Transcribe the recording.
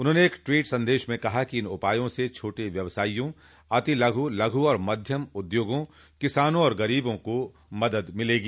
उन्होंने एक ट्वीट संदेश में कहा कि इन उपायों से छोटे व्यवसायियों अति लघु लघु तथा मध्यम उद्योगों किसानों और गरीबों को मदद मिलेगी